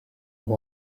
uba